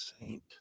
Saint